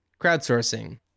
Crowdsourcing